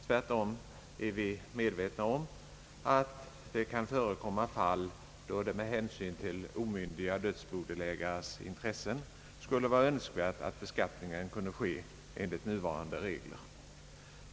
Tvärtom är vi medvetna om att det kan förekomma fall, då det med hänsyn till omyndiga dödsbodelägares intressen skulle vara önskvärt att beskattningen kunde ske enligt nuvarande regler.